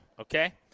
okay